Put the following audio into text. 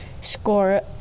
score